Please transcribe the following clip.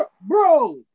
Bro